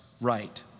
right